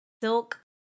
silk